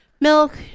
milk